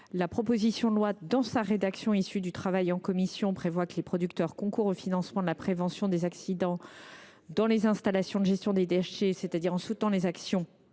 La proposition de loi, dans sa rédaction issue du travail en commission, prévoit que les producteurs concourent au financement de la prévention des accidents dans les installations de gestion des déchets, c’est à dire en soutenant les actions